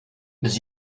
mais